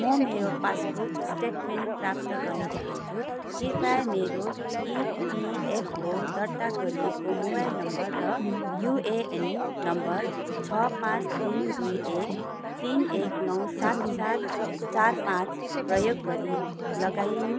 मो मेरो passbook statement प्राप्त गर्न चाहन्छु कृपया मेरो इपिएफओ दर्ता गरिएको मोबाइल नम्बर र युएएन नम्बर छ पाँच तिन दुई एक तिन एक नौ सात सात चार पाँच प्रयोग गरी लगइन